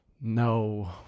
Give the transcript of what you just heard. No